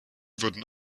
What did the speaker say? wurden